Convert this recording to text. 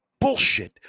bullshit